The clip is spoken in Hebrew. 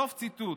סוף ציטוט.